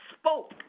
spoke